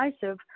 decisive